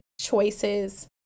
choices